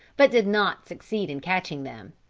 but did not succeed in catching them.